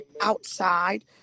outside